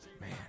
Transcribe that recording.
Man